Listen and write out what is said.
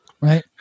Right